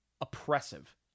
oppressive